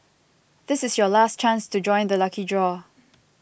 this is your last chance to join the lucky draw